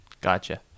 Gotcha